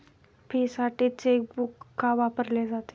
फीसाठी चेकबुक का वापरले जाते?